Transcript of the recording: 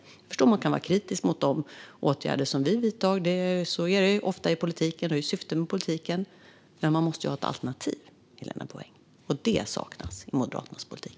Jag förstår att man kan vara kritisk mot de åtgärder som vi vidtar. Så är det ofta i politiken; det är syftet med den. Men man måste ha ett alternativ, Helena Bouveng, och det saknas i Moderaternas politik.